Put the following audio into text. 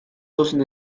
dozen